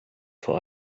vor